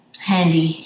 handy